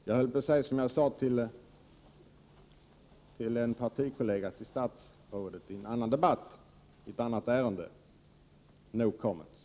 Herr talman! Jag höll på att säga som jag sade till en partikollega till statsrådet i en annan debatt i ett annat ärende — no comments.